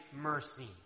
mercy